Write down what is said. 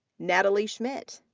natalie schmitt.